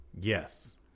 Yes